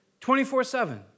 24-7